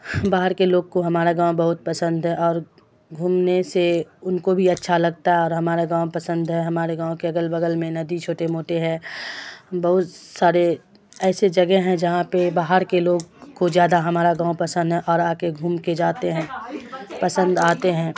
باہر کے لوگ کو ہماڑا گاؤں بہت پسند ہے اور گھومنے سے ان کو بھی اچھا لگتا اور ہمارا گاؤں پسند ہے ہمارے گاؤں کے اگل بغل میں ندی چھوٹے موٹے ہے بہت سارے ایسے جگہ ہیں جہاں پہ باہر کے لوگ کو زیادہ ہمارا گاؤں پسند ہے اور آ کے گھوم کے جاتے ہیں پسند آتے ہیں